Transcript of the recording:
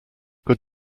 good